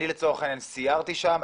אני לצורך העניין סיירתי שם,